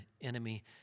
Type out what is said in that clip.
enemy